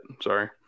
Sorry